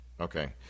Okay